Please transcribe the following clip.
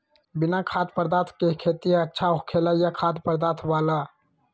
बिना खाद्य पदार्थ के खेती अच्छा होखेला या खाद्य पदार्थ वाला?